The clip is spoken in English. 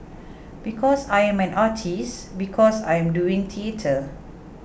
because I am an artist because I am doing theatre